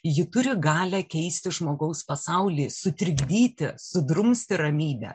ji turi galią keisti žmogaus pasaulį sutrikdyti sudrumsti ramybę